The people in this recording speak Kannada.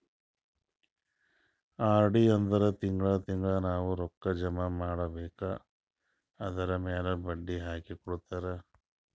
ಆರ್.ಡಿ ಅಂದುರ್ ತಿಂಗಳಾ ತಿಂಗಳಾ ನಾವ್ ರೊಕ್ಕಾ ಜಮಾ ಮಾಡ್ಬೇಕ್ ಅದುರ್ಮ್ಯಾಲ್ ಬಡ್ಡಿ ಹಾಕಿ ಕೊಡ್ತಾರ್